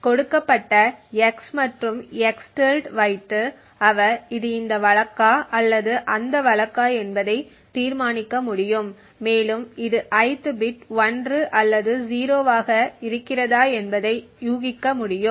கொடுக்கப்பட்ட x மற்றும் x வைத்து அவர் இது இந்த வழக்கா அல்லது அந்த வழக்கா என்பதை தீர்மானிக்க முடியும் மேலும் இது ith பிட் 1 அல்லது 0 ஆக இருக்கிறதா என்பதை ஊகிக்க முடியும்